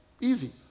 Easy